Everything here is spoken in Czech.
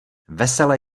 vesele